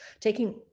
taking